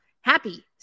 Happy